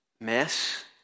mess